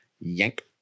Yank